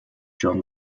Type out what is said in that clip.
john